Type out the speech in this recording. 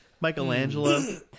Michelangelo